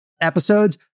episodes